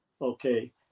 okay